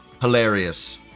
Hilarious